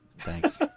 Thanks